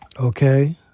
Okay